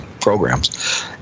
programs